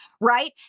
right